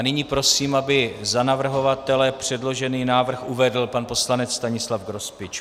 Nyní prosím, aby za navrhovatele předložený návrh uvedl pan poslanec Stanislav Grospič.